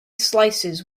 slices